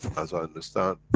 as i understand.